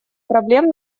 проблем